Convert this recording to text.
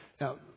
Now